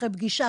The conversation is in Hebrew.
אחרי פגישה,